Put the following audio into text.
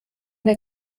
der